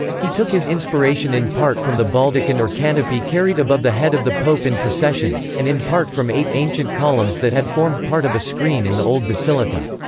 he took his inspiration in part from the baldachin or canopy carried above the head of the pope in processions, and in part from eight ancient columns that had formed part of a screen in the old basilica.